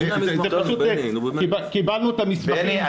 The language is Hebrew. פשוט קיבלנו את המסמכים --- בני,